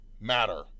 matter